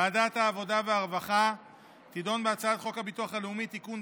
ועדת העבודה והרווחה תדון בהצעת חוק הביטוח הלאומי (תיקון,